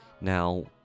Now